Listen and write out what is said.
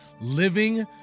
living